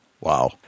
Wow